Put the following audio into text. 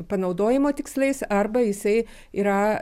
panaudojimo tikslais arba jisai yra